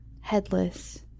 headless